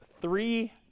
three